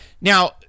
Now